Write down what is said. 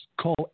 Call